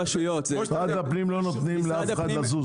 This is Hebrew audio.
משרד הפנים לא נותן לאף אחד לזוז.